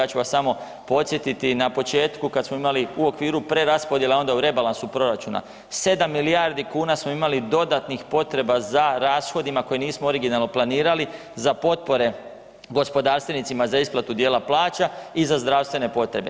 Ja ću vas samo podsjetiti, na početku kada smo imali u okviru preraspodjele onda u rebalansu proračuna 7 milijardi kuna smo imali dodatnih potreba za rashodima koje nismo originalno planirali, za potpore gospodarstvenicima za isplatu dijela plaća i za zdravstvene potrebe.